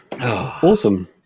Awesome